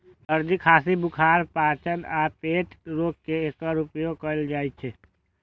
सर्दी, खांसी, बुखार, पाचन आ पेट रोग मे एकर उपयोग कैल जाइ छै